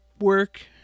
work